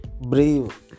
brave